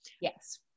Yes